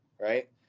right